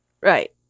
Right